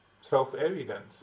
self-evident